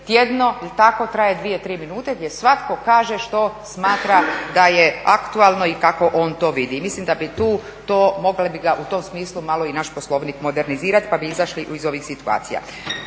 tjedno i tako traje 2, 3 minuta gdje svatko kaže što smatra da je aktualno i kako on to vidi. Mislim da bi tu to, mogao bi ga u tom smislu malo i naš Poslovnik modernizirati pa bi izašli iz ovih situacija.